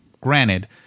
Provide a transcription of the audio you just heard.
Granted